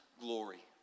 glory